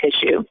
tissue